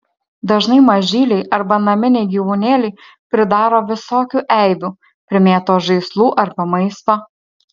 dažnai mažyliai arba naminiai gyvūnėliai pridaro visokių eibių primėto žaislų arba maisto